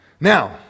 Now